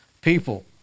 people